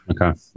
Okay